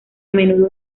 menudo